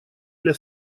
для